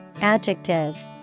adjective